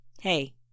Hey